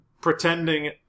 pretending